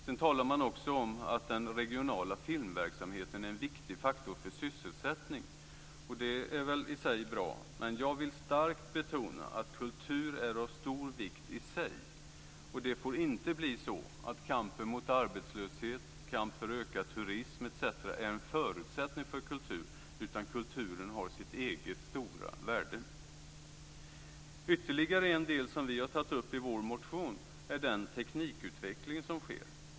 Sedan talar man om att den regionala filmverksamheten är en viktig faktor för sysselsättning, och det är väl bra. Men jag vill starkt betona att kultur är av stor vikt i sig. Det får inte bli så att kampen mot arbetslöshet, för ökad turism etc. är en förutsättning för kultur, utan kulturen har sitt eget stora värde. Ytterligare en del som vi har tagit upp i vår motion är den teknikutveckling som sker.